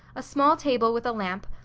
a small table with a lamp,